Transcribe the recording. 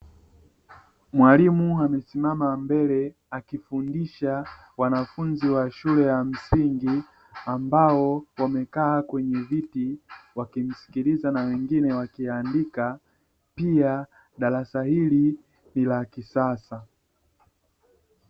Mwalimu amesimama mbele akifundisha wanafunzi wa shule ya msingi, ambao wamekaa kwenye viti wakimsikiliza na wengine wakiandika pia darasa hili ni la kisasa.